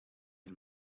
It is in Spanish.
del